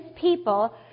people